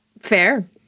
fair